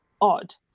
odd